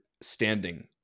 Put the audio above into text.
standing